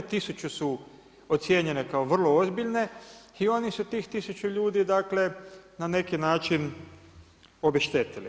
Tisuću su ocijenjene kao vrlo ozbiljne i oni su tih tisuću ljudi na neki način obeštetili.